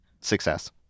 success